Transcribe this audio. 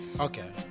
Okay